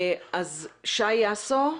אז שי יאסו,